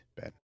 Ben